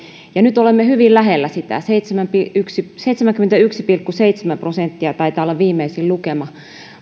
ja nyt olemme hyvin lähellä sitä seitsemänkymmentäyksi pilkku seitsemän prosenttia taitaa olla viimeisin lukema